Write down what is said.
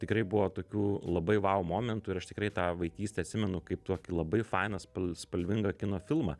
tikrai buvo tokių labai vau momentų ir aš tikrai tą vaikystę atsimenu kaip tokį labai fainas spalvingą kino filmą